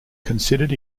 considered